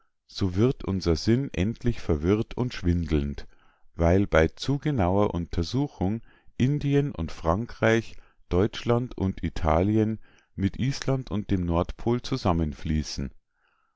so wird unser sinn endlich verwirrt und schwindelnd weil bei zu genauer untersuchung indien und frankreich deutschland und italien mit island und dem nordpol zusammenfließen